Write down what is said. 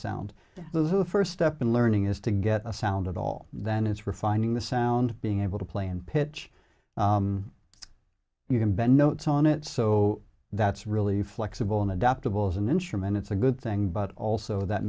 sound those who first step in learning is to get a sound at all then it's refining the sound being able to play in pitch you can bend notes on it so that's really flexible and adaptable as an instrument it's a good thing but also that